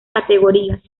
categorías